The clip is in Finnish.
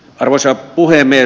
arvoisa puhemies